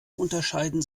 unterscheiden